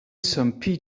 some